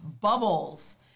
Bubbles